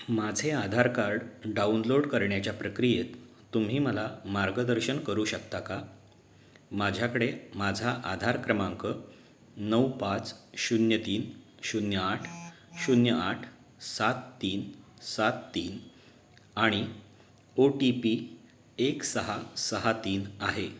माझे Aadhaar card download करण्याच्या प्रक्रियेत तुम्ही मला मार्गदर्शन करू शकता का माझ्याकडे माझा आधार क्रमांक नऊ पाच शून्य तीन शून्य आठ शून्य आठ सात तीन सात तीन आणि ओ टी पी एक सहा सहा तीन आहे